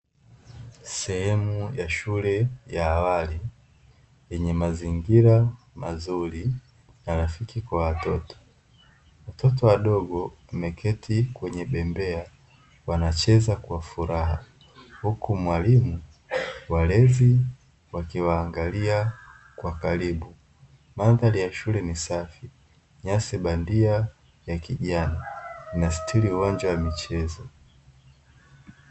Sehemu ya shule ya awali yenye mazingira mazuri na rafiki kwa watoto. Watoto wadogo wameketi kwenye bembea wanacheza kwa furaha huku mwalimu, walezi wakiwaangalia kwa karibu. Madhari ya shule ni safi, nyasi bandia na kijani zinastiri uwanja wa michezo.